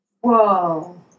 Whoa